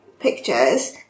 Pictures